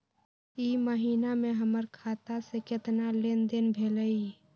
ई महीना में हमर खाता से केतना लेनदेन भेलइ?